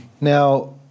Now